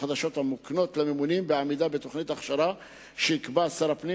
החדשות המוקנות לממונים בעמידה בתוכנית הכשרה שיקבע שר הפנים,